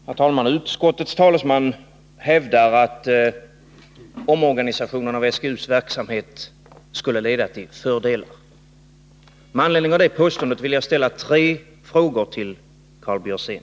Herr talman! Utskottets talesman hävdar att omorganisationen av SGU:s verksamhet skulle leda till fördelar. Med anledning av det påståendet vill jag ställa tre frågor till Karl Björzén.